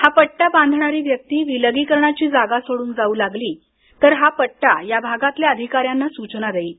हा पट्टा बांधणारी व्यक्ती विलगीकरणाची जागा सोडून जाऊ लागली तर हा पट्टा या भागातल्या अधिकाऱ्यांना सूचना देईल